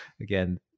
again